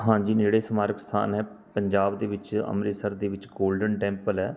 ਹਾਂਜੀ ਨੇੜੇ ਸਮਾਰਕ ਸਥਾਨ ਹੈ ਪੰਜਾਬ ਦੇ ਵਿੱਚ ਅੰਮ੍ਰਿਤਸਰ ਦੇ ਵਿੱਚ ਗੋਲਡਨ ਟੈਂਪਲ ਹੈ